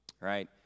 right